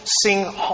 sing